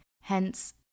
Hence